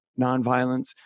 nonviolence